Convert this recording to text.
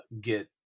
get